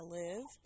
live